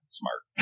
smart